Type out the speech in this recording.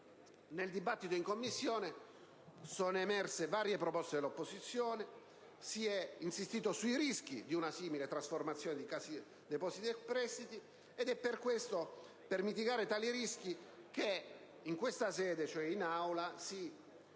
Nel dibattito in Commissione sono emerse varie proposte dell'opposizione, si è insistito sui rischi di una simile trasformazione di Cassa depositi e prestiti ed è per mitigare tali rischi che si è deciso di aprire,